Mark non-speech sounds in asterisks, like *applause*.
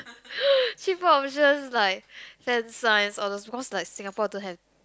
*breath* cheaper options like fans signs or the because like Singapore don't have